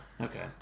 okay